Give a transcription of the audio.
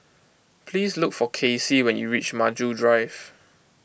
please look for Kacy when you reach Maju Drive